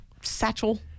Satchel